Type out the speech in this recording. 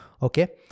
Okay